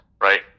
Right